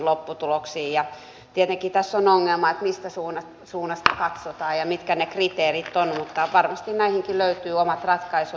tietenkin tässä on ongelma mistä suunnasta katsotaan ja mitkä ne kriteerit ovat mutta varmasti näihinkin löytyy omat ratkaisut